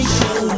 Show